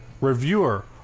reviewer